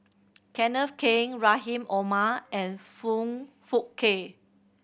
Kenneth Keng Rahim Omar and Foong Fook Kay